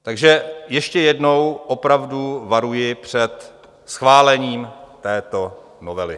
Takže ještě jednou opravdu varuji před schválením této novely.